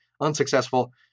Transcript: unsuccessful